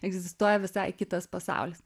egzistuoja visai kitas pasaulis